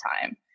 time